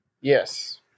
Yes